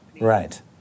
Right